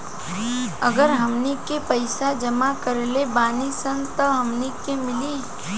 अगर हमनी के पइसा जमा करले बानी सन तब हमनी के मिली